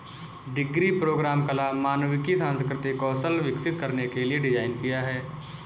degree programme कला, मानविकी, सांस्कृतिक कौशल विकसित करने के लिए डिज़ाइन किया है